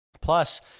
Plus